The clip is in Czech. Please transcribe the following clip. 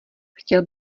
chtěl